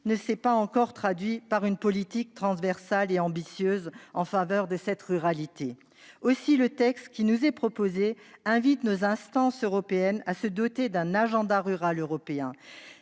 ne s'est pas encore traduit par une politique transversale et ambitieuse en faveur de cette ruralité. Aussi, le texte qui nous est proposé invite nos instances européennes à se doter d'un agenda rural européen.